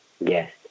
Yes